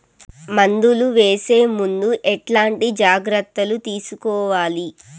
మందులు వేసే ముందు ఎట్లాంటి జాగ్రత్తలు తీసుకోవాలి?